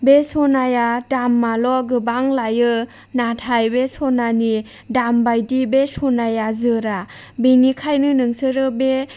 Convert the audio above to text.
बे सनाया दामाल' गोबां लायो नाथाय बे सनानि दाम बायदि बे सनाया जोरा बेनिखायनो नोंसोरो बे